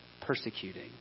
persecuting